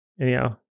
anyhow